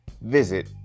Visit